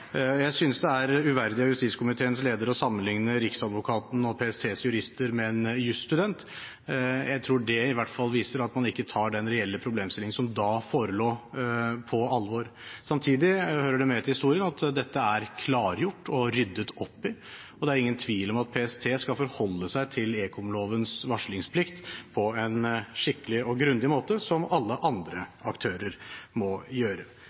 Jeg synes det er uverdig av justiskomiteens leder å sammenligne Riksadvokaten og PSTs jurister med en jusstudent. Jeg tror det i hvert fall viser at man ikke tar den reelle problemstillingen som da forelå, på alvor. Samtidig hører det med til historien at dette er klargjort og ryddet opp i, og det er ingen tvil om at PST skal forholde seg til ekomlovens varslingsplikt på en skikkelig og grundig måte, som alle andre aktører må gjøre.